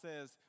says